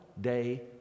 day